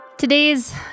Today's